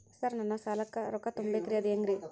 Sir ನನ್ನ ಸಾಲಕ್ಕ ರೊಕ್ಕ ತುಂಬೇಕ್ರಿ ಅದು ಹೆಂಗ್ರಿ?